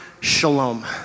shalom